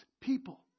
people